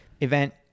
event